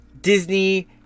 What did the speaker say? Disney